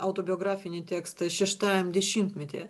autobiografinį tekstą šeštajam dešimtmetyje